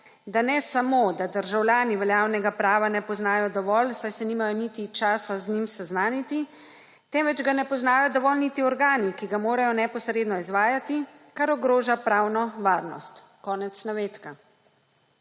da ne samo, da državljani veljavnega prava ne poznajo dovolj, saj se nimajo niti časa z njim seznaniti, temveč ga ne poznajo dovolj niti organi, ki ga morajo neposredno izvajati, kar ogroža pravno varnost.« Konec navedka.